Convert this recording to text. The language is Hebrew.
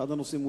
אחד הנושאים,